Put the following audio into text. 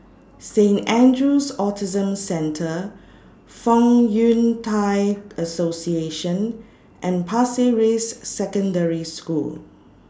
Saint Andrew's Autism Centre Fong Yun Thai Association and Pasir Ris Secondary School